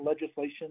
legislation